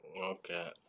Okay